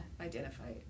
Identify